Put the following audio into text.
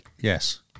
Yes